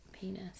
penis